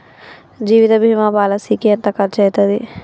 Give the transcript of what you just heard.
జీవిత బీమా పాలసీకి ఎంత ఖర్చయితది?